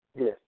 Yes